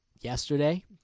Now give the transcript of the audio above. yesterday